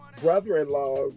brother-in-law